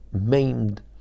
maimed